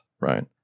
right